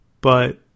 But